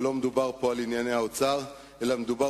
לא מדובר פה על ענייני האוצר אלא מדובר